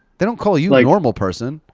they don't call you like normal person.